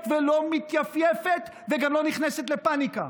ולא מתייפייפת וגם לא נכנסת לפניקה,